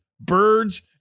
birds